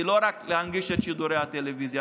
היא לא רק להנגיש את שידורי הטלוויזיה,